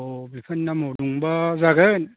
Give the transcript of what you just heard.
अह बिफानि नामाव दंबा जागोन